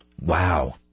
Wow